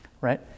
right